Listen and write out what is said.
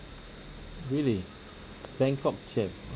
really bangkok jam